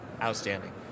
Outstanding